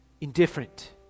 indifferent